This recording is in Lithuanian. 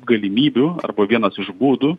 galimybių arba vienas iš būdų